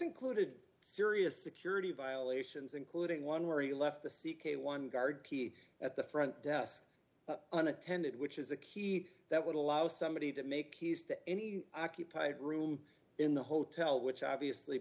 included serious security violations including one where he left the c k one guard key at the front desk an attendant which is a key that would allow somebody to make keys to any occupied room in the hotel which obviously